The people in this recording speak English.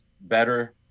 better